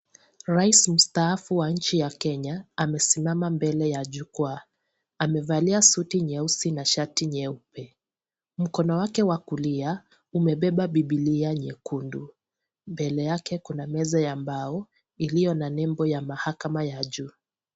Raisi mstaafu wa nchi ya Kenya, amesimama mbele ya jukwaa. Amevalia suti nyeusi na shati nyeupe. Mkono wake wa kulia, umebeba Bibilia nyekundu. Mbele yake, kuna meza ya mbao, iliyo na nembo ya mahakama ya juu.